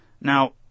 Now